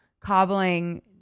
cobbling